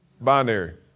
Binary